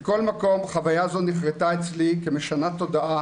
מכל מקום החוויה הזו נחרתה אצלי כשמשנת תודעה